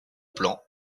plan